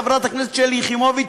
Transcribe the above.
חברת הכנסת שלי יחימוביץ,